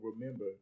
remember